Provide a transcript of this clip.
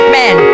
men